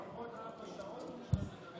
לפחות ארבע שעות יש לך,